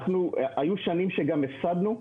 היו שנים שגם הפסדנו.